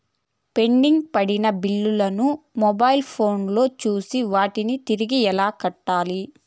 pending పడిన బిల్లులు ను మొబైల్ ఫోను లో చూసి వాటిని తిరిగి ఎలా కట్టాలి